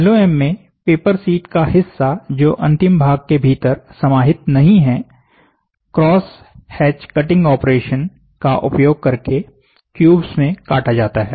LOM में paper sheet का हिस्सा जो अंतिम भाग के भीतर समाहित नहीं है क्रॉस हेच कटिंग ऑपरेशन का उपयोग करके क्यूब्स में काटा जाता है